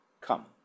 Come